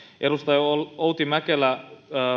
edustaja outi mäkelä